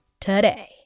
today